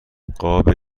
قاب